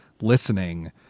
listening